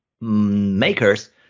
makers